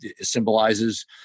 symbolizes